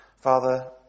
Father